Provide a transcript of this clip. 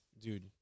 dude